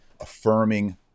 affirming